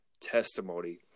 testimony